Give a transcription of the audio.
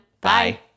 Bye